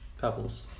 Pebbles